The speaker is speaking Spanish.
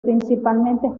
principalmente